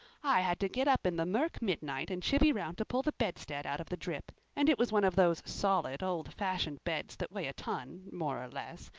i had to get up in the mirk midnight and chivy round to pull the bedstead out of the drip and it was one of those solid, old-fashioned beds that weigh a ton more or less.